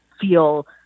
feel